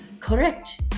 correct